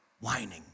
whining